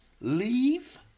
leave